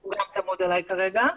הוא גם צמוד אליי כרגע.